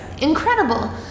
Incredible